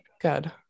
Good